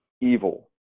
evil